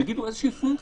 שיגידו איזושהי פונקציה.